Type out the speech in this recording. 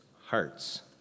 hearts